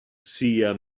sia